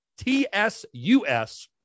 TSUS